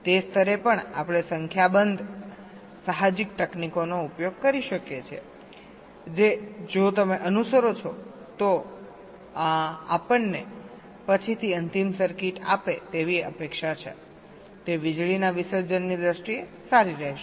તે સ્તરે પણ આપણે સંખ્યાબંધ સાહજિક તકનીકોનો ઉપયોગ કરી શકીએ છીએ જે જો તમે અનુસરો છો તો અમને પછીથી અંતિમ સર્કિટ આપે તેવી અપેક્ષા છે તે વીજળીના વિસર્જનની દ્રષ્ટિએ સારી રહેશે